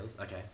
Okay